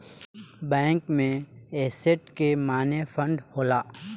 bank में asset के माने फंड होला